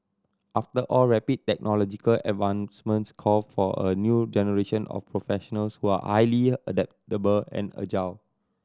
after all rapid technological advancements call for a new generation of professionals who are highly adaptable and agile